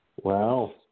wow